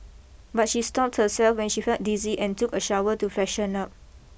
but she stopped herself when she felt dizzy and took a shower to freshen up